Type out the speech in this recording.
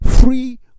free